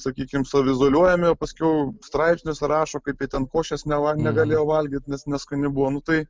sakykim saviizoliuojami o paskiau straipsniuse rašo kaip jie ten košės neva negalėjo valgyt nes neskani buvo nu tai